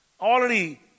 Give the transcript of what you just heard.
already